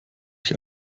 sich